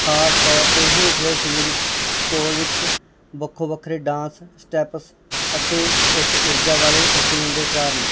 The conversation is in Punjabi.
ਖਾਸ ਤੌਰ 'ਤੇ ਹੇਠਲੇ ਸਰੀਰ ਵਿੱਚ ਕੋਰ ਵਿੱਚ ਵੱਖੋ ਵੱਖਰੇ ਡਾਂਸ ਸਟੈਪਸ ਅਤੇ ਉੱਚ ਊਰਜਾ ਵਾਲੇ ਰੂਟੀਨ ਦੇ ਕਾਰਨ